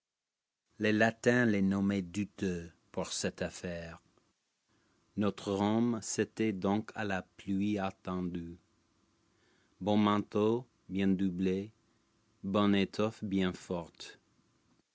les lat'ns les nommaient douteux pour cette affaire notre liommc s'élait donc à la pluie attendu lion manteau bien doublé bonne étoile bien forte